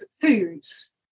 foods